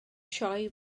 sioe